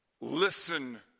Listen